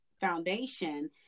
foundation